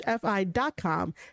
fi.com